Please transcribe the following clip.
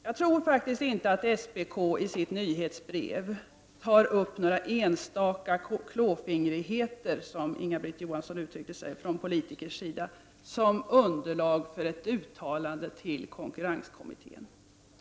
Jag tror faktiskt inte att SPK i sitt nyhetsbrev tar upp några enstaka klåfingrigheter, som Inga-Britt Johansson uttryckte det, från politiker som underlag för ett uttalande till konkurrenskommittén.